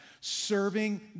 Serving